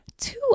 Two